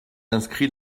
inscrit